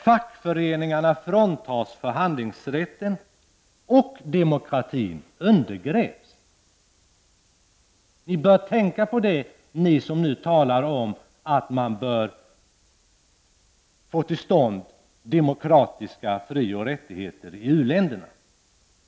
Fackföreningarna fråntas förhandlingsrätten, och demokratin undergrävs. Ni som nu talar om att man bör få till stånd demokratiska frioch rättigheter i u-länderna bör tänka på detta.